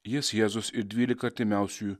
jis jėzus ir dvylika artimiausiųjų